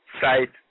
site